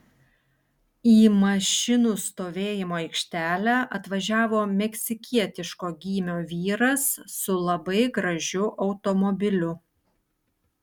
į mašinų stovėjimo aikštelę atvažiavo meksikietiško gymio vyras su labai gražiu automobiliu